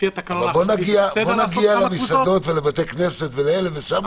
בואו נגיע לבית הכנסת ואז נדבר.